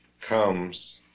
comes